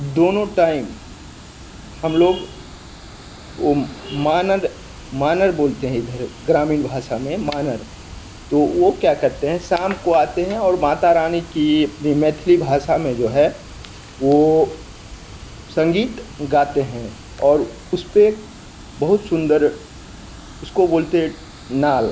दोनों टाइम हम लोग मानन्द मानर बोलते हैं इधर ग्रामीण भाषा में मानर तो वो क्या करते हैं शाम को आते हैं और माता रानी की अपनी मैथिली भाषा में जो है वो संगीत गाते हैं और उस पे एक बहुत सुंदर उसको बोलते हैं नाल